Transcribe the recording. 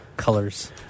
colors